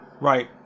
right